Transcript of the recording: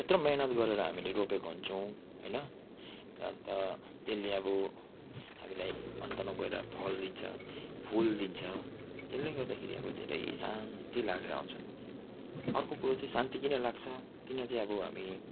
यत्रो मेहनत गरेर हामीले रोपेको हुन्छौँ होइन अन्त त्यसले अब हामीलाई अन्तमा गएर फल दिन्छ फुल दिन्छ त्यसले गर्दाखेरि अब धेरै शान्ति लागेर आउँछ अर्को कुरो चाहिँ शान्ति किन लाग्छ किन चाहिँ अब हामी